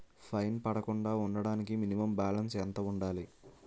Fine పడకుండా ఉండటానికి minimum balance ఎంత ఉండాలి?